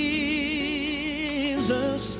Jesus